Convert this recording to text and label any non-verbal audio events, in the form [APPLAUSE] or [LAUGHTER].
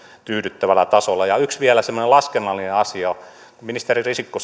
tyydyttävällä tasolla ja vielä yksi laskennallinen asia kun ministeri risikko [UNINTELLIGIBLE]